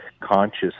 conscious